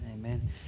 Amen